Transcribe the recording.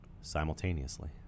simultaneously